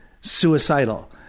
suicidal